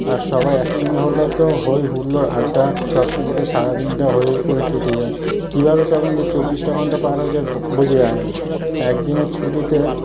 আর সবাই একসঙ্গে হলে তো হই হুল্লোড় আড্ডা সব কিছুতে সারাদিনটা হই হই করে কেটে যায় কীভাবে তখন যে চব্বিশটা ঘন্টা পার হয়ে যায় বোঝা যায় না একদিনের ছুটিতে